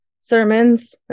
sermons